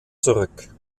zurück